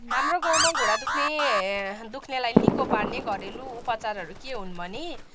हाम्रो गाउँमा घुँडा दुख्ने दुख्नेलाई निको पार्ने घरेलु उपचारहरू के हुन् भने